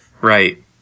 Right